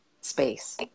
space